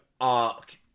arc